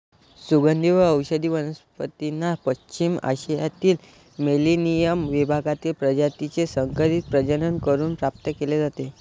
सुगंधी व औषधी वनस्पतींना पश्चिम आशियातील मेलेनियम विभागातील प्रजातीचे संकरित प्रजनन करून प्राप्त केले जाते